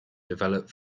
develop